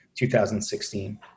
2016